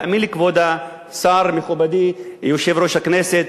תאמין לי, כבוד השר, מכובדי יושב-ראש הכנסת,